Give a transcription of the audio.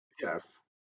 Yes